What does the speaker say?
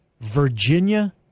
Virginia